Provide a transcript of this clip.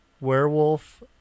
Werewolf